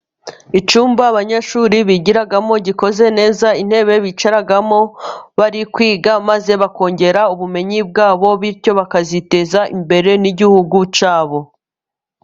Icyumba abanyeshuri bigiramo， gikoze neza， intebe bicaramo bari kwiga，maze bakongera ubumenyi bwabo， bityo bakaziteza imbere n'igihugu cyabo.